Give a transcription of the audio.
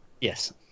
Yes